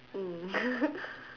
mm